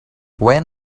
when